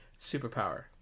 superpower